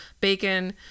bacon